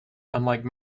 unlike